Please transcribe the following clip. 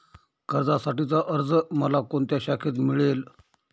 कर्जासाठीचा अर्ज मला कोणत्या शाखेत मिळेल?